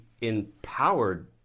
empowered